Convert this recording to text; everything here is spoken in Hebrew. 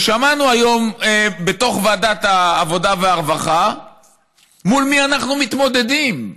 ושמענו היום בוועדת העבודה והרווחה מול מי אנחנו מתמודדים.